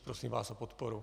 Prosím vás o podporu.